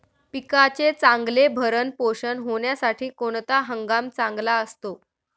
पिकाचे चांगले भरण पोषण होण्यासाठी कोणता हंगाम चांगला असतो?